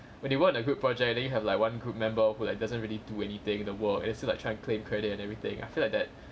when they work in a group project and then you have like one group member who like doesn't really do anything the work and still like try to claim credit and everything I feel like that